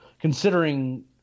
considering